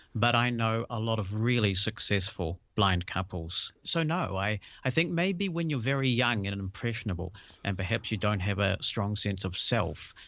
but i know a lot of really successful blind couples. so no i i think maybe when you're very young and and impressionable and perhaps you don't have that ah strong sense of self,